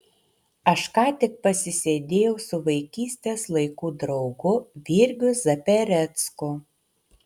aš ką tik pasisėdėjau su vaikystės laikų draugu virgiu zaperecku